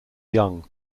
young